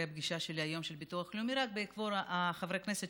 הפגישה שלי היום עם ביטוח לאומי רק בעקבות חברי הכנסת